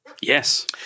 Yes